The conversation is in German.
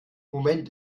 moment